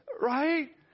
Right